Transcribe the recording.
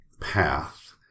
path